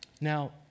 Now